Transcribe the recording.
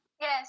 Yes